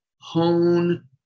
hone